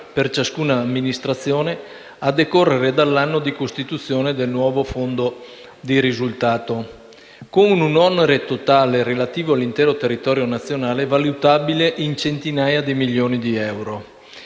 per ciascuna amministrazione, a decorrere dall'anno di costituzione del nuovo fondo di risultato, con un onere totale, relativo all'intero territorio nazionale, valutabile in centinaia di milioni di euro.